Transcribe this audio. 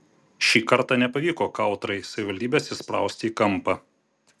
šį kartą nepavyko kautrai savivaldybės įsprausti į kampą